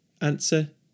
Answer